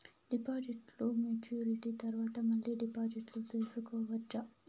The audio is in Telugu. డిపాజిట్లు మెచ్యూరిటీ తర్వాత మళ్ళీ డిపాజిట్లు సేసుకోవచ్చా?